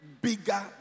bigger